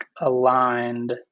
aligned